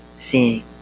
seeing